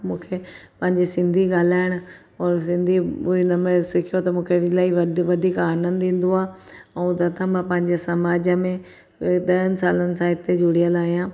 मूंखे पंहिंजी सिंधी ॻाल्हाइण और सिंधी पोइ हिन में सिख्यो त मूंखे अलाई वद वधीक आनंदु ईंदो आहे ऐं तथा मां पंहिंजे समाज में ॾहनि सालनि सां हिते जुड़ियल आहियां